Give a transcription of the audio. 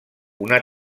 una